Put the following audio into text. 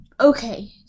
Okay